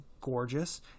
gorgeous